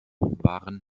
waren